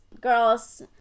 girls